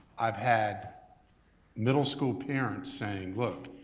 i've had middle school parents saying look,